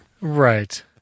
Right